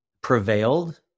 prevailed